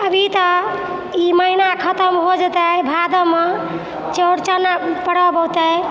अभी तऽ ई महिना खतम हो जेतै भादव माह चौरचन परव औतै